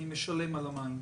אני משלם על המים.